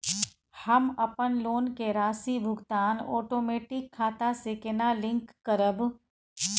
हम अपन लोन के राशि भुगतान ओटोमेटिक खाता से केना लिंक करब?